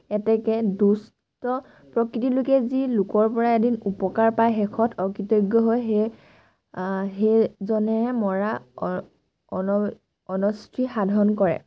এতেকে দুষ্ট প্ৰকৃতিৰ লোকে যি লোকৰপৰা এদিন উপকাৰ পায় শেষত অকৃতজ্ঞ হৈ সেই সেইজনেহে মৰা সাধন কৰে